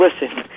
listen